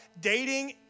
Dating